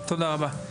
תודה רבה.